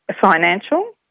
Financial